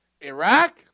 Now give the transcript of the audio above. Iraq